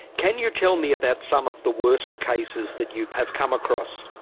can you tell me about some of the worst cases that you have come across?